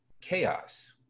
chaos